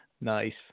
Nice